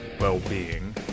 well-being